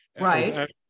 Right